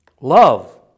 Love